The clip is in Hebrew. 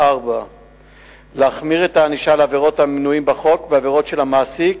4. להחמיר את הענישה על העבירות המנויות בחוק: בעבירות של המעסיק